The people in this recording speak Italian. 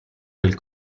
del